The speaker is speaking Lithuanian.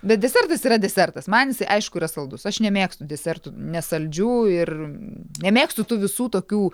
bet desertas yra desertas man jis aišku yra saldus aš nemėgstu desertų nesaldžių ir nemėgstu tų visų tokių